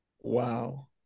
wow